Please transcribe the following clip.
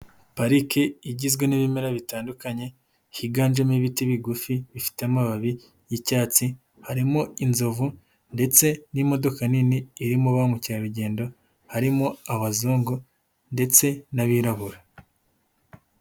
Pariki igizwe n'ibimera bitandukanye, higanjemo ibiti bigufi bifite amababi y'icyatsi, harimo inzovu ndetse n'imodoka nini irimo ba mukerarugendo, harimo abazungu ndetse n'abirabura.